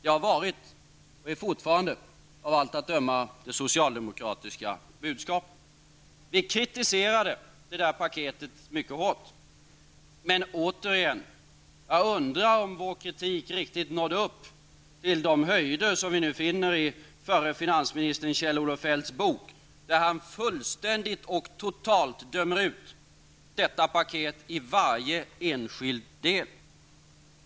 Det hade varit och är fortfarande, av allt att döma, det socialdemokratiska budskapet. Vi kritiserade paketet mycket hårt. Jag undrar dock återigen om vår kritik nådde upp till de höjder som vi finner i förre finansministern Kjell-Olof Feldts bok. Han dömer fullständigt och totalt ut detta paket ur varje enskild del.